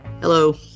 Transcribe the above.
Hello